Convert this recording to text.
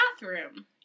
bathroom